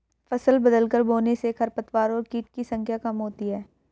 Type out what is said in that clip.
फसल बदलकर बोने से खरपतवार और कीट की संख्या कम होती है